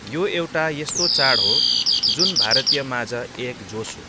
यो एउटा यस्तो चाड हो जुन भारतीय माझ एक जोस हो